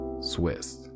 Swiss